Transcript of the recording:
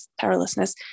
powerlessness